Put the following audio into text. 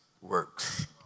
works